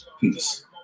Peace